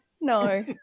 No